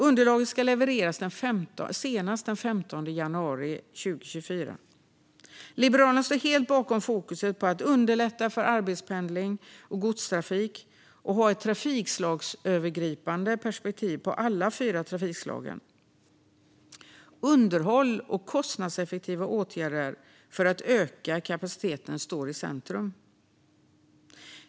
Underlaget ska levereras senast den 15 januari 2024. Liberalerna står helt bakom fokuset att underlätta för arbetspendling och godstrafik och att ha ett trafikslagsövergripande perspektiv på alla fyra trafikslag. Underhåll och kostnadseffektiva åtgärder för att öka kapaciteten står i centrum.